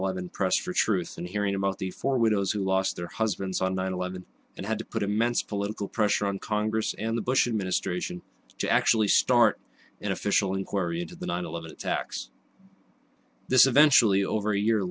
eleven press for truth and hearing about the four widows who lost their husbands on nine eleven and had to put immense political pressure on congress and the bush administration to actually start an official inquiry into the nine eleven attacks this eventually over a year